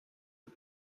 cái